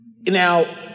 Now